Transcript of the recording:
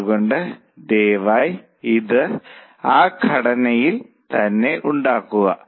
അതുകൊണ്ട് ദയവായി ഇത് ആ ഘടനയിൽ തന്നെ ഉണ്ടാക്കുക